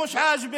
זה לא נכון.